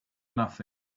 nothing